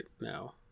now